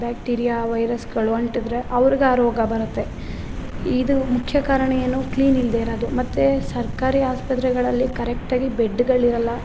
bacteria ವೈರಸ್ಗಳು ಅಂಟಿದ್ರೆ ಅವ್ರ್ಗೆ ಆ ರೋಗ ಬರುತ್ತೆ ಇದು ಮುಖ್ಯ ಕಾರಣ ಏನು ಕ್ಲೀನ್ ಇಲ್ಲದೆ ಇರೋದು ಮತ್ತೆ ಸರ್ಕಾರಿ ಆಸ್ಪತ್ರೆಗಳಲ್ಲಿ ಕರೆಕ್ಟಾಗಿ ಬೆಡ್ಗಳು ಇರೋಲ್ಲ